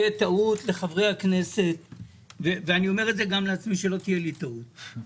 טעות לחברי הכנסת וגם לי אי אומר